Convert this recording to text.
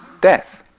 Death